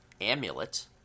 Amulet